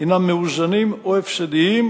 הינם מאוזנים או הפסדיים,